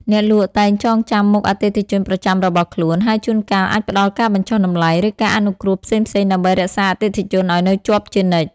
អ្នកលក់តែងចងចាំមុខអតិថិជនប្រចាំរបស់ខ្លួន ហើយជួនកាលអាចផ្តល់ការបញ្ចុះតម្លៃ ឬការអនុគ្រោះផ្សេងៗដើម្បីរក្សាអតិថិជនឱ្យនៅជាប់ជានិច្ច។